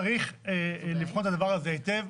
צריך לבחון את הדבר הזה היטב.